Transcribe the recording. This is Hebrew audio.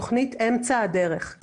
כן, תכנית אמצע הדרך.